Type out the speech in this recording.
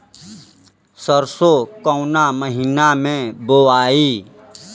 सरसो काउना महीना मे बोआई?